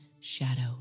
shadow